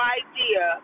idea